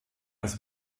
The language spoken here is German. als